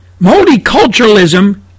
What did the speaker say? Multiculturalism